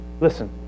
Listen